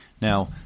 Now